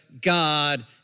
God